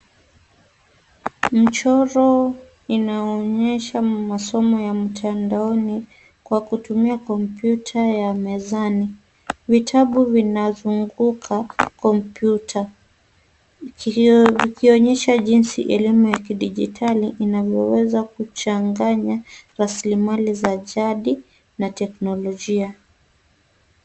Mchoro inaonyesha masomo ya mtandaoni kwa kutumia kompyuta ya mezani. Vitabu vinazunguka kompyuta vikionyesha jinsi elimu ya kidijitali inavyoweza kuchanganya rasilimali za jadi na teknologia.